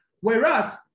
Whereas